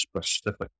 specific